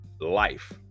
life